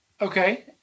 okay